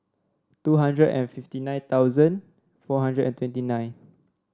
two hundred and fifty nine thousand four hundred and twenty nine